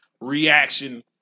Reaction